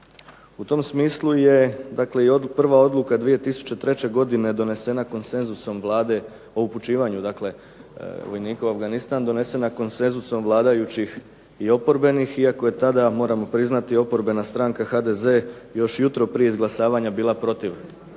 U tom smislu je dakle prva odluka od 2003. godine donesena konsenzusom Vlade o upućivanje dakle vojnika u Afganistan donesena konsenzusom vladajućih i oporbenih iako je tada oporbena stranka HDZ još jutro prije izglasavanja bila protiv